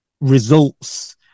results